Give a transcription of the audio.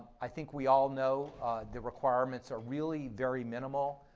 i think we all know the requirements are really very minimal.